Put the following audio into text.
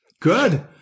Good